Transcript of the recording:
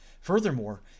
Furthermore